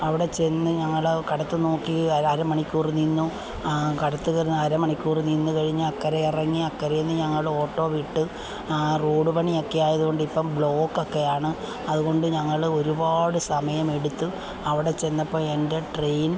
അവിടെ ചെന്ന് ഞങ്ങൾ കടത്ത് നോക്കി അര അര മണിക്കൂർ നിന്നു കടത്ത് കയറി അര മണിക്കൂർ നിന്നുകഴിഞ്ഞ് അക്കരെ ഇറങ്ങി അക്കരെ നിന്ന് ഞങ്ങളുടെ ഓട്ടോ വിട്ട് റോഡ് പണി ഒക്കെ ആയതുകൊണ്ട് ഇപ്പം ബ്ലോക്ക് ഒക്കെ ആണ് അതുകൊണ്ട് ഞങ്ങൾ ഒരുപാട് സമയമെടുത്തു അവിടെ ചെന്നപ്പോൾ എൻ്റെ ട്രെയിൻ